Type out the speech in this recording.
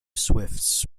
swifts